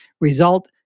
result